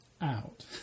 out